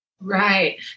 Right